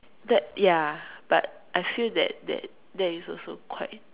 the ya but I feel that that that is also quite